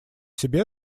себя